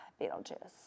Beetlejuice